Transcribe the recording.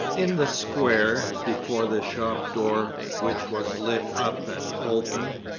in the square, before the shop door which was lit up and open,